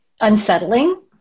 unsettling